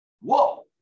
Whoa